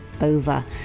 over